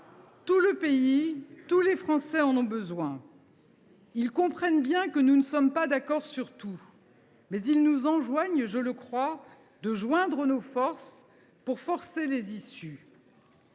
Tout le pays, tous les Français en ont besoin. Ils comprennent bien que nous ne sommes pas d’accord sur tout, mais ils nous enjoignent, je le crois, d’unir nos forces pour forcer les issues.